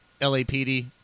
LAPD